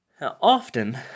Often